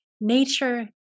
nature